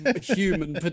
human